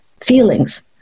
Feelings